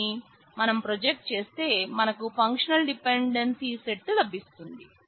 వీటిని మనం ప్రొజెక్ట్ చేస్తే మనకు ఫంక్షనల్ డెపెండెన్సీ సెట్ లభిస్తుంది